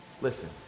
listen